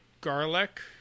garlic